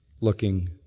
looking